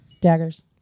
Daggers